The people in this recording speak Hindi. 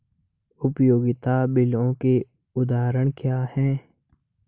उपयोगिता बिलों के उदाहरण क्या हैं?